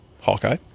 Hawkeye